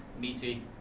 meaty